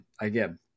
Again